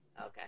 okay